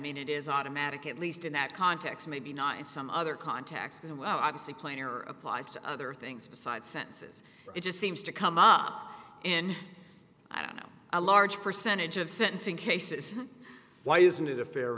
mean it is automatic at least in that context maybe not in some other context and well obviously plainer applies to other things besides senses it just seems to come up and i don't know a large percentage of sentencing cases why isn't it a f